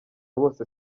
bose